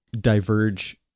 diverge